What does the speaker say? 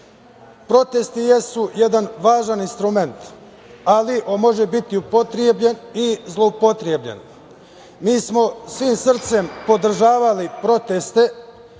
jesu jedan važan instrument, ali on može biti upotrebljen i zloupotrebljen. Mi smo svim srcem podržavali proteste,